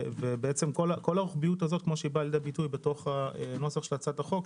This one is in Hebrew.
כל הרוחביות הזו כפי שבאה לידי ביטוי בנוסח הצעת החוק,